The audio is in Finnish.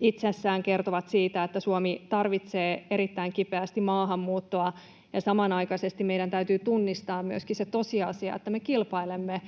itsessään kertovat siitä, että Suomi tarvitsee erittäin kipeästi maahanmuuttoa. Samanaikaisesti meidän täytyy tunnistaa myöskin se tosiasia, että me kilpailemme